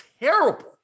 terrible